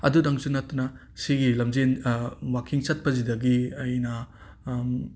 ꯑꯗꯨꯗꯪꯁꯨ ꯅꯠꯇꯅ ꯁꯤꯒꯤ ꯂꯝꯖꯦꯟ ꯋꯥꯀꯤꯡ ꯆꯠꯄꯁꯤꯗꯒꯤ ꯑꯩꯅ